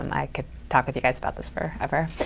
and i could talk with you guys about this forever.